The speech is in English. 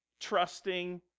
trusting